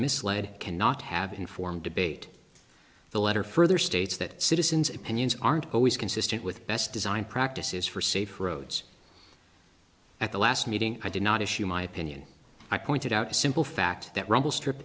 misled cannot have informed debate the letter further states that citizen's opinions aren't always consistent with best design practices for safer roads at the last meeting i did not issue my opinion i pointed out the simple fact that rumble strip